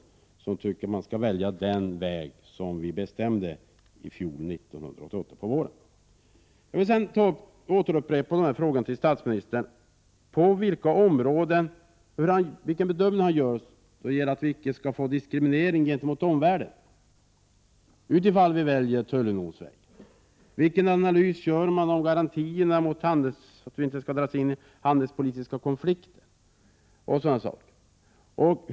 Förbundet tycker att man skall välja den väg som bestämdes i fjol, 1988 på våren. Jag vill fråga statsministern om han gör den bedömningen att det icke skall bli en diskriminering gentemot omvärlden i det fall att vi väljer tullunionsalternativet. Vilken analys gör man? Kan man garantera att vi inte skall dras in i handelspolitiska konflikter och liknande?